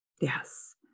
Yes